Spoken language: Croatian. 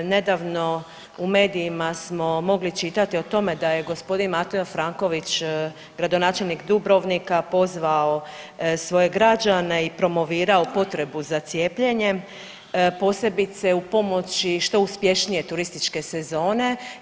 Nedavno u medijima smo mogli čitati o tome da je gospodin Mateo Franković gradonačelnik Dubrovnika pozvao svoje građane i promovirao potrebu za cijepljenjem posebice u pomoći što uspješnije turističke sezone.